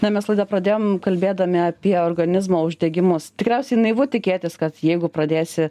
na mes laidą pradėjom kalbėdami apie organizmo uždegimus tikriausiai naivu tikėtis kad jeigu pradėsi